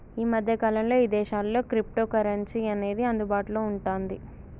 యీ మద్దె కాలంలో ఇదేశాల్లో క్రిప్టోకరెన్సీ అనేది అందుబాటులో వుంటాంది